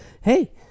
Hey